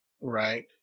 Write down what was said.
Right